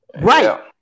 Right